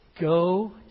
go